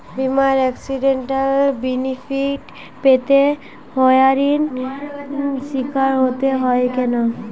বিমার accidental benefit পেতে হয়রানির স্বীকার হতে হয় কেন?